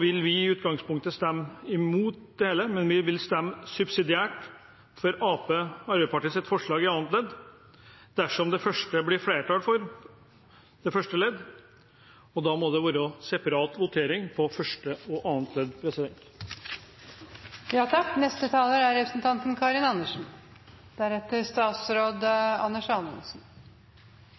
Vi vil i utgangspunktet stemme mot det hele, men vi vil stemme subsidiært for Arbeiderpartiet og Senterpartiets forslag til annet ledd dersom det blir flertall for første ledd, og da må det være separat votering over første og annet ledd.